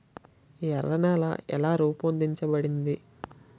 ఎర్ర నేల ఎలా రూపొందించబడింది?